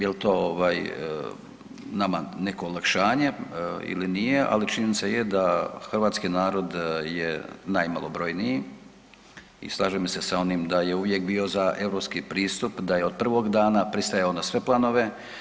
Jel' to nama neko olakšanje ili nije, ali činjenica je da hrvatski narod je najmalobrojniji i slažem se s onim da je uvijek bio za europski pristup, da je od prvoga dana pristajao na sve planove.